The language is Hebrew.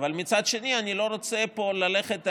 תמיד רוצה להכיר תודה,